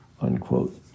unquote